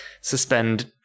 suspend